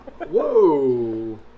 Whoa